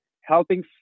helping